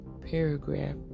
paragraph